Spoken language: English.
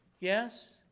Yes